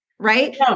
right